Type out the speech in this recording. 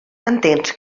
entens